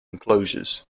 enclosures